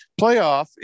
playoff